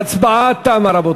ההצבעה תמה.